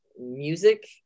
music